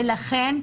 ולכן,